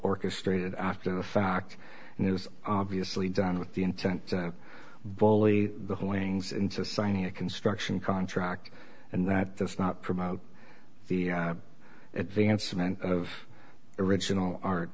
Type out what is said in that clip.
orchestrated after the fact and it was obviously done with the intent to bully the whole wings into signing a construction contract and that that's not promote the advancement of original art